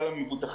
ממילא הביטוח